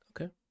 okay